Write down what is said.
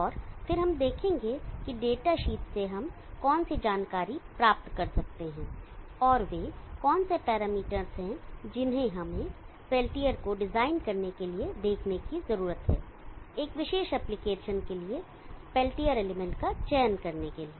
और फिर हम देखेंगे कि डेटा शीट से हम कौन सी जानकारी प्राप्त कर सकते हैं और वे कौन से पैरामीटर्स हैं जिन्हें हमें पेल्टियर को डिजाइन करने के लिए देखने की जरूरत है एक विशेष एप्लिकेशन के लिए पेल्टियर एलिमेंट का चयन करने के लिए